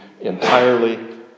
entirely